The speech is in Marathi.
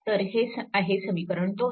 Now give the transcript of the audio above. तर हे आहे समीकरण 2